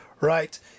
right